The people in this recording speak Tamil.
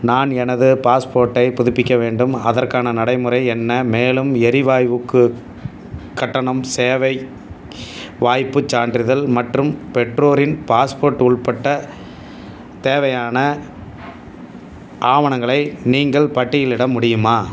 நான் எனது பாஸ்போர்ட்டை புதுப்பிக்க வேண்டும் அதற்கான நடைமுறை என்ன மேலும் எரிவாய்வுக்கு கட்டணம் சேவை வாய்ப்புச் சான்றிதழ் மற்றும் பெற்றோரின் பாஸ்போர்ட் உள்பட்ட தேவையான ஆவணங்களை நீங்கள் பட்டியலிட முடியுமா